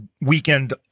weekend